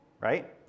right